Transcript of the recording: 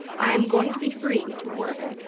i am going to be free to work,